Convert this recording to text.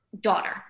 daughter